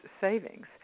savings